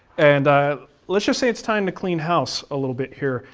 and ah let's just say it's time to clean house a little bit here.